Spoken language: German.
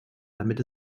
damit